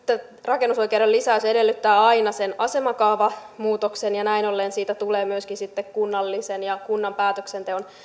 rakennusoikeuden lisäys edellyttää aina sen asemakaavamuutoksen ja näin ollen siitä tulee myöskin kunnallisen päätöksenteon